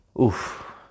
Oof